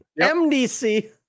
mdc